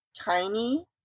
tiny